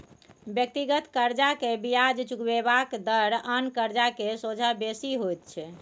व्यक्तिगत कर्जा के बियाज चुकेबाक दर आन कर्जा के सोंझा बेसी होइत छै